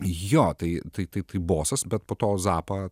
jo tai tai taip tai bosas bet po to zappa